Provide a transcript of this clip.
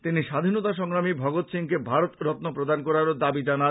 তিনি স্বাধীনতা সংগ্রামী ভগত সিংকে ভারত রত্ন প্রদান করারও দাবী জানান